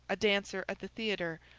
a dancer at the theatre,